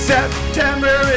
September